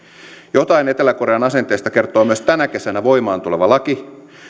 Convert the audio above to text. jotain etelä korean asenteesta kertoo myös tänä kesänä voimaan tuleva laki